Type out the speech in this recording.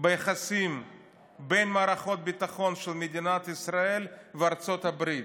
ביחסים בין מערכות הביטחון של מדינת ישראל ושל ארצות הברית,